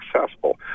successful